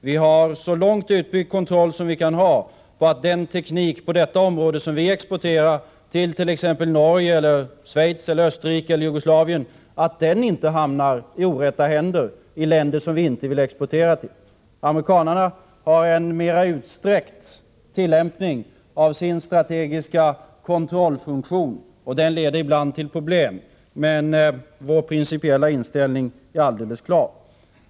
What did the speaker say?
Vi har en så långt utbyggd kontroll som vi kan ha för att den teknik på detta område som vi exporterar exempelvis till Norge, Schweiz, Österrike eller Jugoslavien inte hamnar i orätta händer —- i länder som vi inte vill exportera till. Amerikanarna har en mer utsträckt tillämpning av sin strategiska kontrollfunktion, och den leder ibland till problem. Men vår principiella inställning är alldeles klar.